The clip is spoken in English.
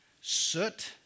soot